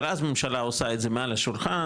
אבל אז הממשלה עושה את זה מעל השולחן,